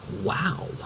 Wow